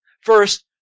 First